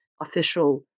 official